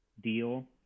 deal